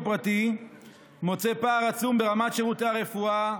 פרטי מוצא פער עצום ברמת שירותי הרפואה,